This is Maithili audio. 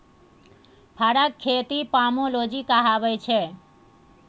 फरक खेती पामोलोजी कहाबै छै